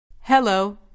Hello